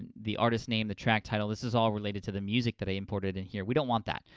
and the artist name, the track title, this is all related to the music that i imported in here. we don't want that,